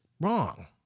wrong